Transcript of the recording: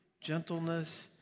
gentleness